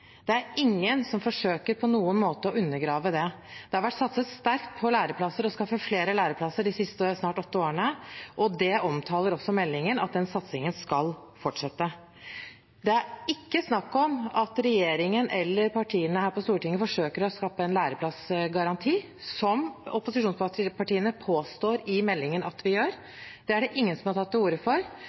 Det er ingen som forsøker på noen måte å undergrave det. Det har vært satset sterkt på læreplasser og på å skaffe flere læreplasser de siste snart åtte årene, og det omtaler også meldingen, at den satsingen skal fortsette. Det er ikke snakk om at regjeringen eller partiene her på Stortinget forsøker å skaffe en læreplassgaranti, som opposisjonspartiene påstår i innstillingen at vi gjør. Det er det ingen som har tatt til orde for,